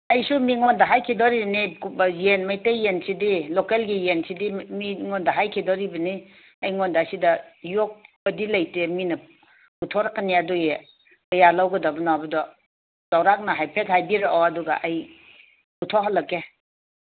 ꯑꯩꯁꯨ ꯃꯤꯉꯣꯟꯗ ꯍꯥꯏꯒꯤꯗꯣꯔꯤꯅꯤ ꯌꯦꯟ ꯃꯩꯇꯩ ꯌꯦꯟꯁꯤꯗꯤ ꯂꯣꯀꯦꯜꯒꯤ ꯌꯦꯟꯁꯤꯗꯤ ꯃꯤꯉꯣꯟꯗ ꯍꯥꯏꯒꯤꯗꯣꯔꯤꯕꯅꯤ ꯑꯩꯉꯣꯟꯗ ꯑꯁꯤꯗ ꯌꯣꯛꯄꯗꯤ ꯂꯩꯇꯦ ꯃꯤꯅ ꯄꯨꯊꯣꯔꯛꯀꯅꯤ ꯑꯗꯨꯒꯤ ꯀꯌꯥ ꯂꯧꯒꯗꯕꯅꯣ ꯍꯥꯏꯕꯗꯣ ꯆꯧꯔꯥꯛꯅ ꯍꯥꯏꯐꯦꯠ ꯍꯥꯏꯕꯤꯔꯛꯑꯣ ꯑꯗꯨꯒ ꯑꯩ ꯄꯨꯊꯣꯛꯍꯜꯂꯛꯀꯦ